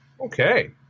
Okay